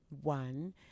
one